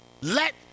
Let